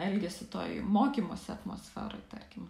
elgiasi toj mokymosi atmosferoj tarkim